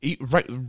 right